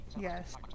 Yes